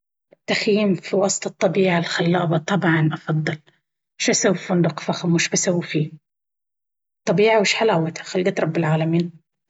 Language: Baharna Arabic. التخييم في وسط الطبيعة الخلابة طبعا. أفضل.. وش أسوي في فندق فخم؟ وش بسوي فيه الطبيعة وش حلاوتها خلقة رب العالمين.